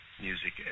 music